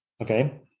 okay